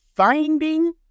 Finding